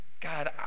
God